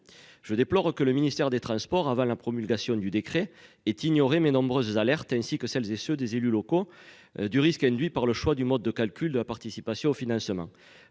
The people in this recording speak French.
Je déplore que le ministère des Transports avant la promulgation du décret est ignoré mes nombreuses alertes ainsi que celles et ceux des élus locaux du risque induit par le choix du mode de calcul de la participation au financement.